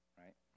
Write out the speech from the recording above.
right